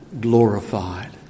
glorified